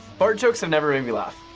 fart jokes have never made me laugh.